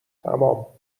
تمام